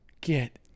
Get